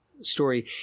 story